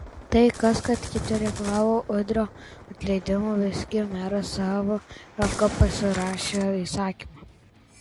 tai kas kad kiti reikalavo udrio atleidimo visgi meras savo ranka pasirašė įsakymą